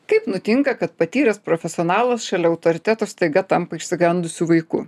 kaip nutinka kad patyręs profesionalas šalia autoriteto staiga tampa išsigandusiu vaiku